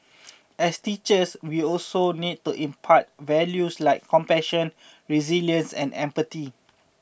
as teachers we also need to impart values like compassion resilience and empathy